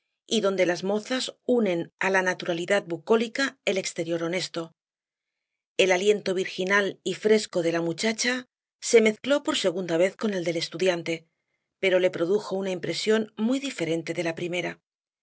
y donde las mozas unen á la naturalidad bucólica el exterior honesto el aliento virginal y fresco de la muchacha se mezcló por segunda vez con el del estudiante pero le produjo una impresión muy diferente de la primera